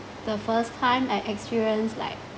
the first time I experience like